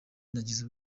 nagize